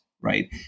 right